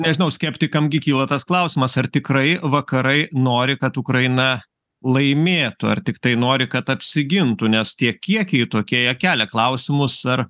nežinau skeptikam gi kyla tas klausimas ar tikrai vakarai nori kad ukraina laimėtų ar tiktai nori kad apsigintų nes tie kiekiai tokie jie kelia klausimus ar